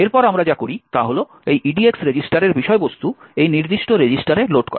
এরপর আমরা যা করি তা হল এই EDX রেজিস্টারের বিষয়বস্তু এই নির্দিষ্ট রেজিস্টারে লোড করা